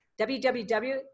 www